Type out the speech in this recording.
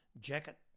jacket